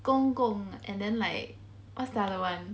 公公 and then like what is the other one